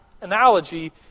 analogy